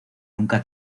nunca